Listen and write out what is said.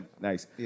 Nice